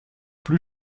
plus